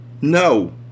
No